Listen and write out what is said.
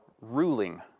Ruling